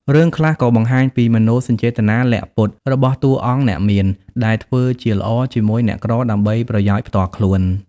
រឿងខ្លះក៏បង្ហាញពី មនោសញ្ចេតនាលាក់ពុត របស់តួអង្គអ្នកមាន ដែលធ្វើជាល្អជាមួយអ្នកក្រដើម្បីប្រយោជន៍ផ្ទាល់ខ្លួន។